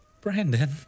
Brandon